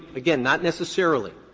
again, not necessarily.